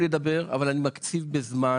אבל אני מקציב בזמן.